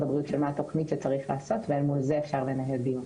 הבריאות של מה צריך לעשות ומול זה אפשר לנהל דיון.